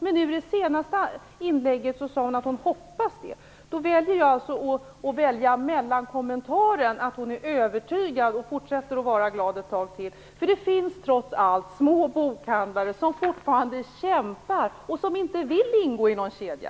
Men i det senaste inlägget sade Ingegerd Sahlström att det var vad hon hoppades. Då väljer jag mellankommentaren, att hon är övertygad, och fortsätter att vara glad ett tag till. Det finns trots allt små bokhandlare som fortfarande kämpar och som inte vill ingå i någon kedja.